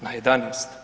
Na 11.